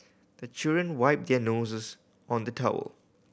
the children wipe their noses on the towel